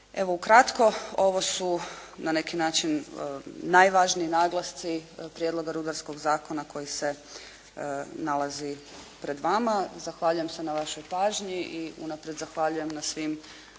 na neki način najvažniji naglasci Prijedloga rudarskog zakona koji se nalazi pred vama. Zahvaljujem se na vašoj pažnji i unaprijed zahvaljujem na svim